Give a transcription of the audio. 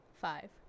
Five